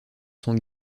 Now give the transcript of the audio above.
sans